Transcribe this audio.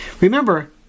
Remember